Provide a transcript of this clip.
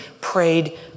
prayed